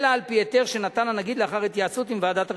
אלא על-פי היתר שנתן הנגיד לאחר התייעצות עם ועדת הרשיונות.